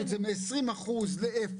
בערך 90 מיליון?